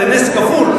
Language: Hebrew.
זה נס כפול.